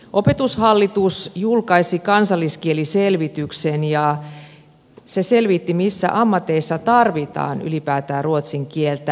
opetushallitus julkaisi kansalliskieliselvityksen jossa on selvitetty missä ammateissa tarvitaan ylipäätään ruotsin kieltä